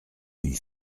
une